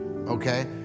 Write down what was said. Okay